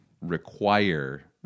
require